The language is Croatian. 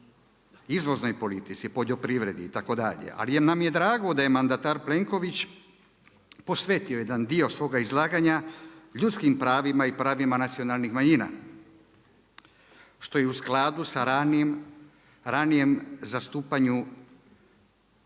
izvoznoj politici, poljoprivredi itd. Ali nam je drago da je mandatar Plenković posveti jedan dio svoga izlaganja ljudskih pravima i pravima nacionalnih manjina. Što je i u skladu sa ranijim zastupanjem